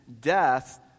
death